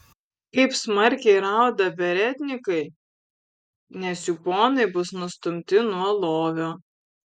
kaip smarkiai rauda beretnikai nes jų ponai bus nustumti nuo lovio